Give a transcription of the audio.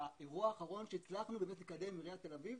האירוע האחרון שהצלחנו לקדם בעיריית תל אביב,